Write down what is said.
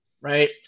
right